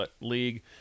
league